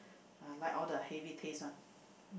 I like all the heavy taste one